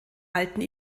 alten